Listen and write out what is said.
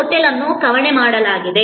Taj Mahal hotel ಅನ್ನು ಕವಣೆ ಮಾಡಿದೆ